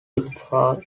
pitfall